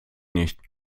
nicht